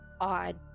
odd